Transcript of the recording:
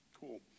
Cool